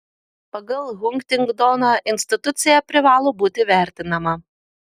pagal huntingtoną institucija privalo būti vertinama